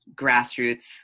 grassroots